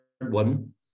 one